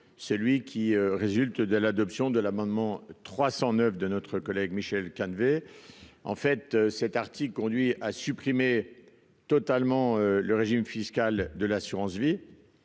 celui qui résulte de l'adoption de l'amendement 309 de notre collègue Michel Calvez en fait cet article conduit à supprimer totalement le régime fiscal de l'assurance-vie,